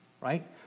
right